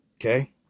Okay